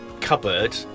cupboard